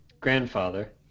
grandfather